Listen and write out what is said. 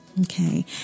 okay